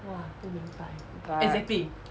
but